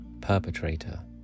perpetrator